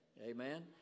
amen